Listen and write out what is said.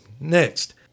Next